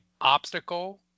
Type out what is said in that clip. obstacle